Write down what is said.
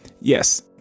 Yes